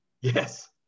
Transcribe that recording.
Yes